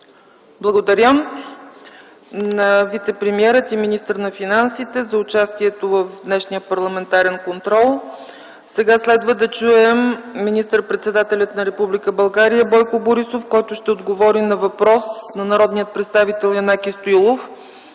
Благодаря на вицепремиера и министър на финансите за участието му в днешния парламентарен контрол. Сега следва да чуем министър-председателя на Република България Бойко Борисов, който ще отговори на въпрос от народния представител Янаки Стоилов